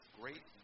great